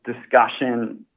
discussion